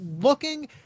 looking